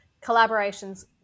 collaboration's